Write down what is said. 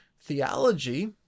theology